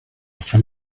from